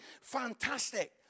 fantastic